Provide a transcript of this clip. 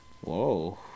Whoa